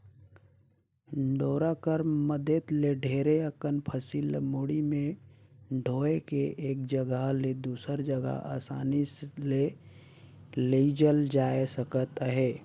डोरा कर मदेत ले ढेरे अकन फसिल ल मुड़ी मे डोएह के एक जगहा ले दूसर जगहा असानी ले लेइजल जाए सकत अहे